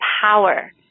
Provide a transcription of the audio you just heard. power